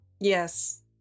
yes